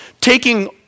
taking